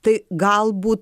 tai galbūt